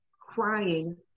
crying